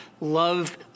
love